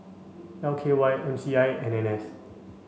L K Y M C I and N S